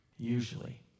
Usually